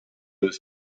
was